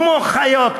כמו חיות,